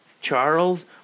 Charles